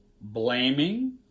Blaming